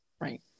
right